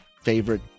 favorite